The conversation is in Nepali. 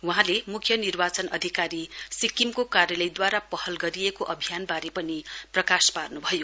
वहाँले मुख्य निर्वाचन अधिकारी सिक्किमको कार्यालयद्वारा पहल गरिएको अभियानबारे पनि प्रकाश पार्नुभयो